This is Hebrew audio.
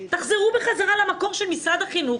תחזרו בחזרה למקום של משרד החינוך,